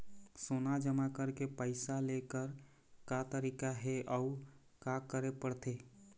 सोना जमा करके पैसा लेकर का तरीका हे अउ का करे पड़थे?